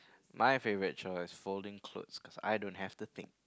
my favorite chore is folding clothes cause I don't have to think